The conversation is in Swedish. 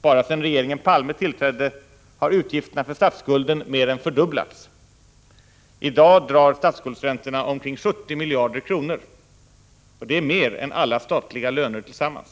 Bara sedan regeringen Palme tillträdde har utgifterna för statsskulden mer än fördubblats. I dag drar statsskuldsräntorna omkring 7d miljarder kronor, vilket är mer än alla statliga löner tillsammans.